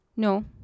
No